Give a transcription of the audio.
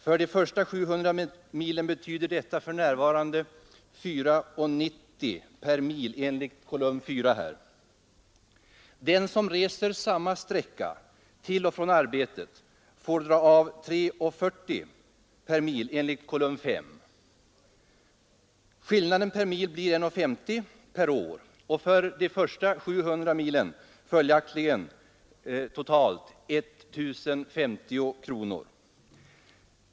För de första 700 milen betyder detta för närvarande 4:90 per mil enligt kolumn 4 i tabellen. Den som reser samma sträcka till och från arbetet får dra av 3:40 per mil enligt kolumn 5 i tabellen. Skillnaden per mil blir 1:50, och per år för de första 700 milen 1 050 kr.